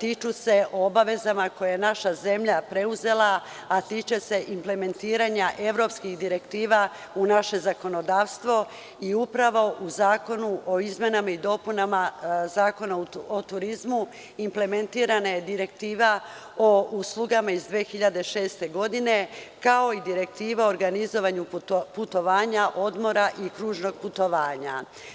tiču se obaveza koje je naša zemlja preuzela, a tiče se implementiranje evropskih direktiva u naše zakonodavstvo i upravo u Zakonu o izmenama i dopunama Zakona o turizmu, implementirana je direktiva o uslugama iz 2006. godine kao i direktiva o organizovanju putovanja, odmora i kružnog putovanja.